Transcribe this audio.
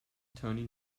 attorney